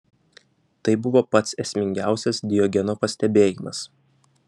tai buvo pats esmingiausias diogeno pastebėjimas